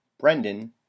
brendan